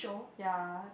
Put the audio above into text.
ya